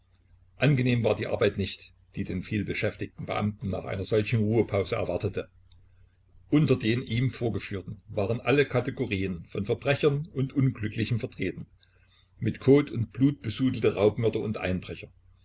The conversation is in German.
angenehm war die arbeit nicht die den vielbeschäftigten beamten nach solch einer ruhepause erwartete unter den ihm vorgeführten waren alle kategorien von verbrechern und unglücklichen vertreten mit kot und blut besudelte raubmörder und einbrecher